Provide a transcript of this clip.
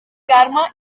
carme